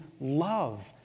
love